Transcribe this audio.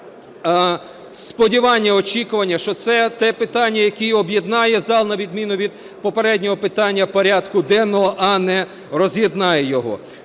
сподівання, очікування, що це те питання, яке об'єднає зал, на відміну від попереднього питання порядку денного, а не роз'єднає його.